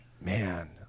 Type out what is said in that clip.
man